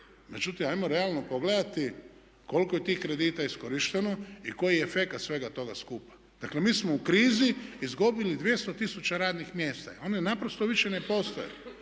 Međutim, ajmo realno pogledati koliko je tih kredita iskorišteno i koji je efekat svega toga skupa. Dakle mi smo u krizi izgubili 200 tisuća radnih mjesta i one naprosto više ne postoje.